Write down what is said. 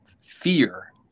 fear